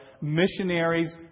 missionaries